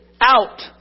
out